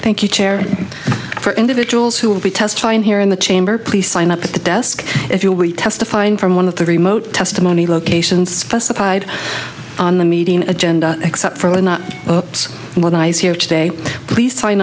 thank you chair for individuals who will be testifying here in the chamber please sign up at the desk if you will be testifying from one of the remote testimony locations specified on the meeting agenda except for not what i see here today please sign